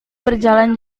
berjalan